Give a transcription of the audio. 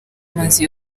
mazi